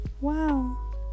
Wow